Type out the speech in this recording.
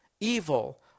evil